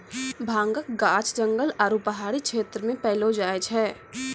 भांगक गाछ जंगल आरू पहाड़ी क्षेत्र मे पैलो जाय छै